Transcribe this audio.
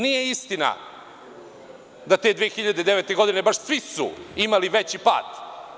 Nije istina da te 2009. godine baš svi su imali veći pad.